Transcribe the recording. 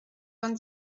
vingt